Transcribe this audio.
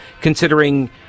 ...considering